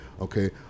Okay